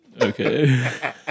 Okay